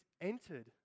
entered